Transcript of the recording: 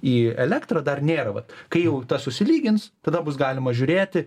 į elektrą dar nėra vat kai jau tas susilygins tada bus galima žiūrėti